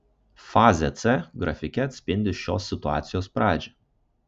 fazė c grafike atspindi šios situacijos pradžią